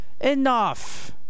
Enough